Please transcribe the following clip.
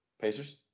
Pacers